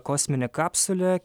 kosminė kapsulė